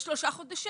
אלה שלושה חודשים.